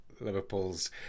Liverpool's